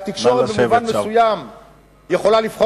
כי התקשורת במובן מסוים יכולה לבחור